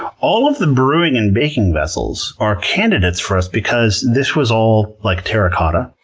all of the brewing and baking vessels are candidates for us because this was all, like, terracotta.